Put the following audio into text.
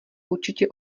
určitě